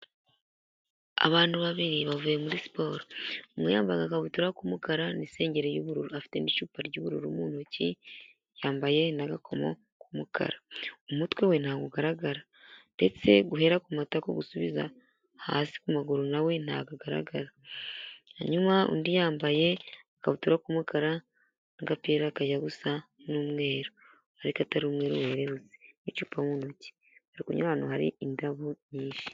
Abantu babiri bavuye muri siporo umwe yambaye agabutura k'umukara n'isengere y'ubururu afite n'icupa ry'ubururu mu ntoki, yambaye n'agakoma k'umukara, umutwe we ntabwo ugaragara ndetse guhera ku matako gusubiza hasi ku maguru nawe ntago agaragara, undi yambaye agakabutura k'umukara, agapira kajya gusa n'umweru ariko atari umweru werurutse n'icupa mu ntoki bari kunyura ahantu hari indabo nyinshi.